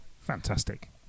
Fantastic